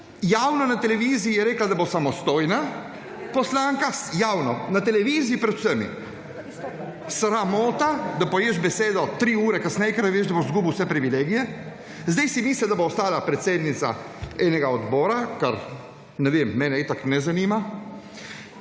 Javno na televiziji je rekla, da bo samostojna poslanka, javno na televiziji pred vsemi…/oglašanje iz klopi/ Sramota, da poješ besedo tri ure kasneje, ker veš da boš izgubil vse privilegije. Sedaj si misli, da bo ostala predsednica enega odbora, kar ne vem, mene itak ne zanima,